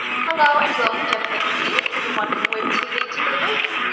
hello and welcome, janet beckers here with your wonderful web tv tip of the week.